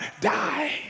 die